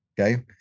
Okay